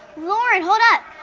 lauren, hold up.